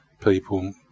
people